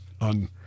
on